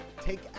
take